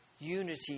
unity